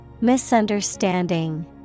Misunderstanding